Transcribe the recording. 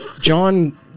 John